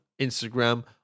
Instagram